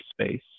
space